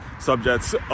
subjects